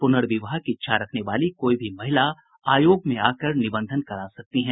प्रनर्विवाह की इच्छा रखने वाली कोई भी महिला आयोग में आकर निबंधन करा सकती हैं